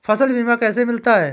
फसल बीमा कैसे मिलता है?